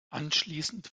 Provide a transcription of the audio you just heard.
anschließend